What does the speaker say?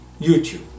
YouTube